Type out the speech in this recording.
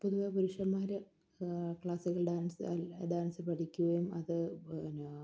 പൊതുവേ പുരുഷന്മാര് classical dance dance പഠിക്കുകയും അത് പിന്നെ